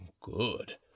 good